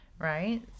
Right